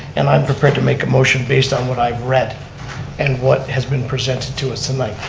and i'm prepared to make a motion based on what i've read and what has been presented to us tonight.